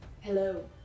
hello